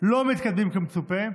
לא מתקדמים כמצופה,